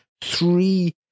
three